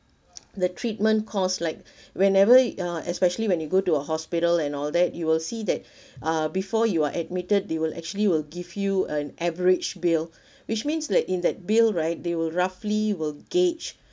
the treatment cost like whenever uh especially when you go to a hospital and all that you will see that uh before you are admitted they will actually will give you an average bill which means that in that bill right they will roughly will gauge